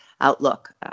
outlook